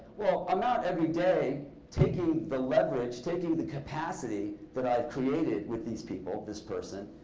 well i'm out every day taking the leverage, taking the capacity, that i've created with these people this person,